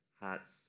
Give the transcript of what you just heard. hats